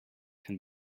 can